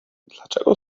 dlaczego